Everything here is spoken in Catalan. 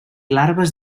larves